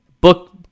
Book